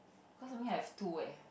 cause for me I have two eh